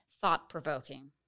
thought-provoking